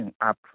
up